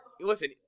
listen